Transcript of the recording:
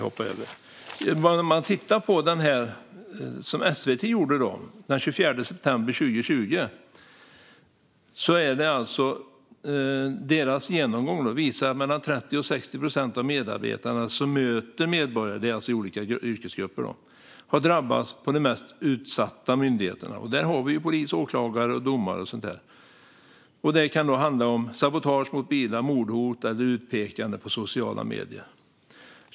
SVT:s genomgång den 24 september 2020 visar att mellan 30 och 60 procent av medarbetarna i olika yrkesgrupper som möter medborgare på de mest utsatta myndigheterna har drabbats. Där har vi polis, åklagare, domare och så vidare. Det kan handla om sabotage mot bilar, mordhot eller utpekande på sociala medier.